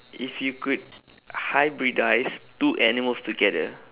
if you could hybridise two animals together